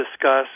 discuss